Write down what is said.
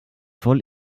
voll